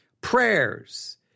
prayers